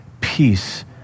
peace